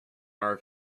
our